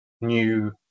new